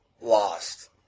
lost